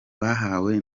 bahawe